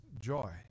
joy